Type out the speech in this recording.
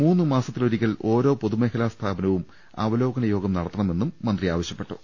മൂന്ന് മാസത്തിലൊരിക്കൽ ഓരോ പൊതുമേഖലാ സ്ഥാപനവും അവലോകന യോഗം നടത്തണമെന്ന് മന്ത്രി ആവശ്യപ്പെട്ടു